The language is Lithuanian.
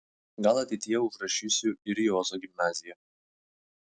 gal ateityje užrašysiu ir į ozo gimnaziją